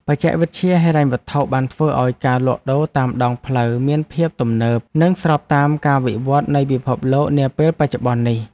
បច្ចេកវិទ្យាហិរញ្ញវត្ថុបានធ្វើឱ្យការលក់ដូរតាមដងផ្លូវមានភាពទំនើប និងស្របតាមការវិវត្តនៃពិភពលោកនាពេលបច្ចុប្បន្ននេះ។